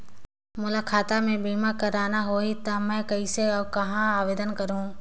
मोला खाता मे बीमा करना होहि ता मैं कइसे और कहां आवेदन करहूं?